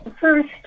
first